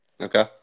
Okay